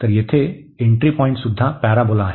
तर येथे entry point पुन्हा पॅराबोला आहे